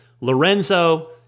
Lorenzo